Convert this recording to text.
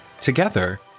Together